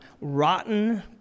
rotten